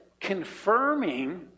confirming